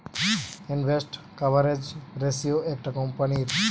interest coverage ratio একটা কোম্পানীর